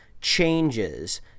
changes